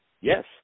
Yes